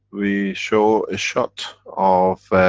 we show a shot of.